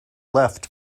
left